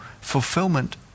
fulfillment